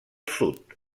sud